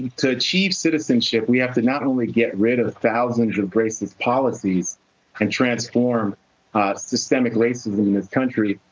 to achieve citizenship, we have to not only get rid of thousands of racist policies and transform systemic racism in this country,